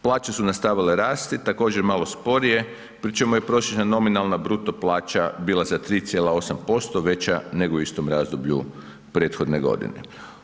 Plaće su nastavile rasti, također malo sporije pri čemu je prosječna nominalna bruto plaća bila za 3,8% veća nego u istom razdoblju prethodne godine.